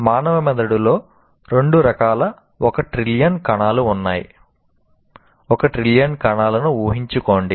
మానవ మెదడులో రెండు రకాల ఒక ట్రిలియన్ కణాలు ఉన్నాయి ఒక ట్రిలియన్ కణాలను ఊహించుకోండి